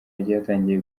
ryatangiye